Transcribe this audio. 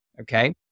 Okay